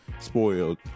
spoiled